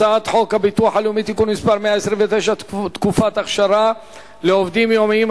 הצעת חוק הביטוח הלאומי (תיקון מס' 129) (תקופת אכשרה לעובדים יומיים),